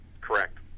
Correct